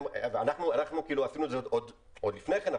אנחנו עשינו את זה עוד לפני כן,